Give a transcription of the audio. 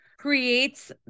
creates